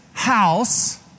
House